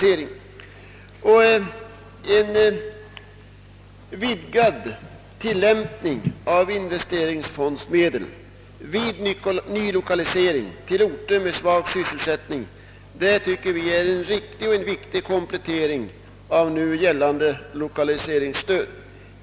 En vidgad användning av investeringsfondsmedel vid nylokalisering till orter med svag sysselsättning anser vi vara en riktig och viktig komplettering av det nuvarande lokaliseringsstödet.